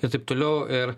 ir taip toliau ir